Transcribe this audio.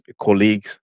colleagues